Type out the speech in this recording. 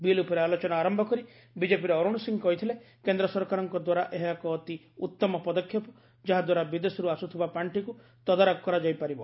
bill ଉପରେ ଆଲୋଚନା ଆରମ୍ଭ କରି ବିଜେପିର ଅରୁଣ ସିଂ କହିଥିଲେ କେନ୍ଦ୍ର ସରକାରଙ୍କ ଦ୍ୱାରା ଏହା ଏକ ଅତି ଉଉମ ପଦକ୍ଷେପ ଯାହାଦ୍ୱାରା ବିଦେଶରୁ ଆସୁଥିବା ପାର୍ଷିକୁ ତଦାରଖ କରାଯାଇ ପାରିବ